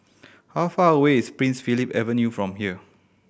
how far away is Prince Philip Avenue from here